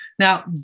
Now